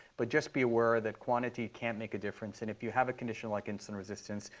but just be aware that quantity can make a difference. and if you have a condition like insulin resistance,